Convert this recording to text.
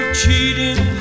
cheating